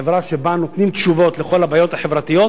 חברה שבה נותנים תשובות לכל הבעיות החברתיות